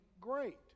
great